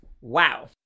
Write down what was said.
Wow